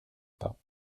pas